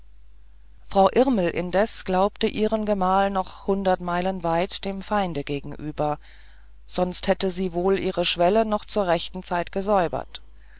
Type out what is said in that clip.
frau irmel indes glaubte ihren gemahl noch hundert meilen weit dem feinde gegenüber sonst hätte sie wohl ihre schwelle noch zu rechter zeit gesäubert